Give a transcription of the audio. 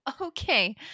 Okay